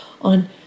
on